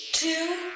Two